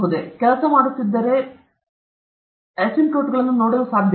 ನೀವು ಕೆಲಸ ಮಾಡುತ್ತಿದ್ದರೆ ನಾನು ಅಸಿಂಪ್ಟೋಟ್ಗಳನ್ನು ನೋಡಬಹುದೇ